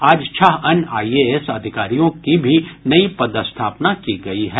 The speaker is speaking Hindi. आज छह अन्य आईएएस अधिकारियों की भी नई पदस्थापना की गयी है